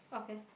okay